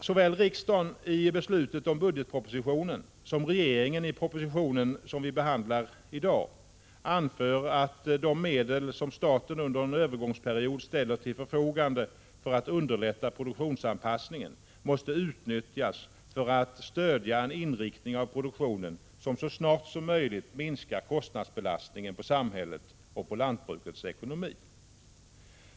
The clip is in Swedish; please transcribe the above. Såväl riksdagen, i beslutet om budgetpropositionen, som regeringen i den proposition som vi i dag behandlar anför att de medel som staten under en övergångsperiod ställer till förfogande för att underlätta produktionsanpassningen måste utnyttjas för att stödja en inriktning av produktionen som så snart som möjligt minskar kostnadsbelastningen på samhället och på lantbrukets ekonomi.